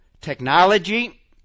technology